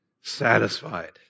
satisfied